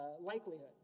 likelihood